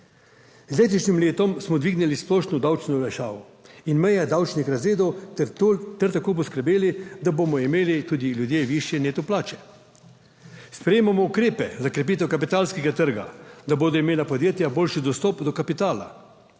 Z letošnjim letom smo dvignili splošno davčno olajšavo in meje davčnih razredov ter tako poskrbeli, da bomo imeli tudi ljudje višje neto plače. Sprejemamo ukrepe za krepitev kapitalskega trga, da bodo imela podjetja boljši dostop do kapitala.